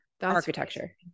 architecture